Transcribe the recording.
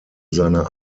seiner